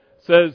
says